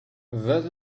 that